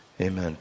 amen